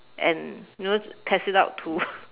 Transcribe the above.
and you know test it out to